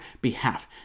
behalf